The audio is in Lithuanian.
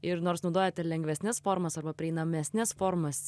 ir nors naudojate lengvesnes formas arba prieinamesnes formas